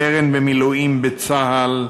סרן במילואים בצה"ל,